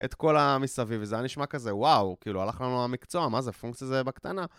את כל המסביב, זה היה נשמע כזה וואו, כאילו הלך לנו המקצוע, מה זה פונקציה זה בקטנה?